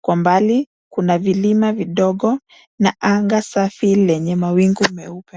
Kwa mbali kuna vilima vidogo na anga safi lenye mawingu meupe.